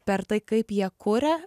per tai kaip jie kuria